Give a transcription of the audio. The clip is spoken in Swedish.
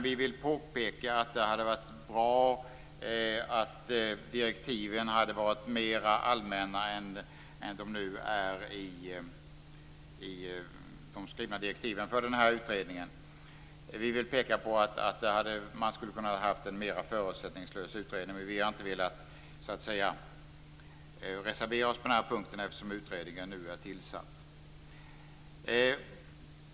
Vi vill påpeka att det hade varit bra om de skrivna direktiven till utredningen hade varit mer allmänna än de nu är, att man kunde ha haft en mer förutsättningslös utredning, men vi har inte velat reservera oss på den punkten eftersom utredningen nu är tillsatt.